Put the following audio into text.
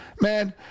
Man